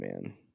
man